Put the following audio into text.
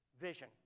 vision